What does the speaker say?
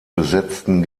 besetzten